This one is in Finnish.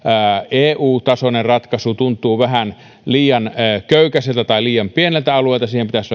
eu tasoinen ratkaisu tuntuu vähän liian köykäiseltä liian pieneltä alueelta ja siihen pitäisi